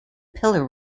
pillar